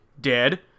dead